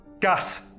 Gas